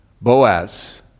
Boaz